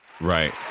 Right